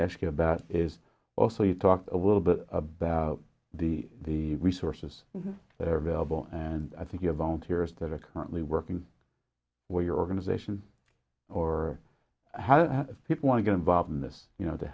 ask you about is also you talked a little bit about the the resources that are available and i think you have volunteers that are currently working with your organization or how do people want to get involved in this you know t